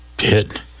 hit